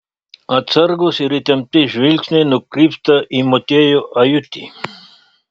atsargūs ir įtempti žvilgsniai nukrypsta į motiejų ajutį